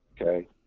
Okay